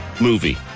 movie